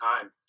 time